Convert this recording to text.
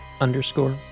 underscore